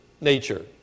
nature